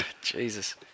Jesus